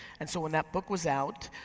and so when that book was out,